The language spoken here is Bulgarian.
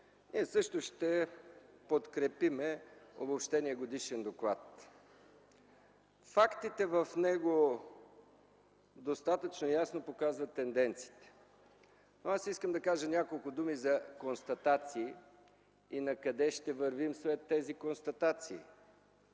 Ние също ще подкрепим Обобщения годишен доклад. Фактите в него достатъчно ясно показват тенденциите. Искам да кажа няколко думи за констатациите и накъде ще вървим след тези констатации.